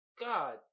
God